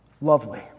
lovely